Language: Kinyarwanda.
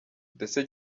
ndetse